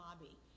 lobby